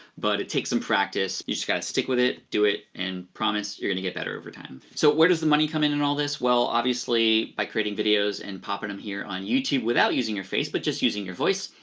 but it takes some practice. you just gotta stick with it, do it and promise you're gonna get better over time. so where does the money come in in all this? well, obviously by creating videos and popping em here on youtube without using your face, but just using your voice,